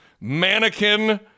mannequin